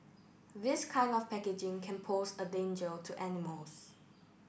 this kind of packaging can pose a danger to animals